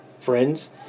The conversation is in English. friends